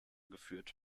geführt